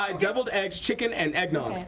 um devilled eggs chicken and eggnog.